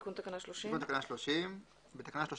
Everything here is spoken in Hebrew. תיקון תקנה 30. תיקון תקנה 30. בתקנה 30